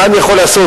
מה אני יכול לעשות?